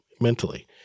mentally